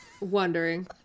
wondering